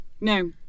No